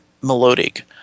melodic